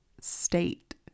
state